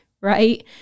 Right